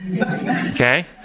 Okay